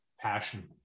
Passion